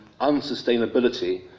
unsustainability